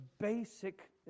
basic